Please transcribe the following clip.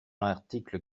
l’article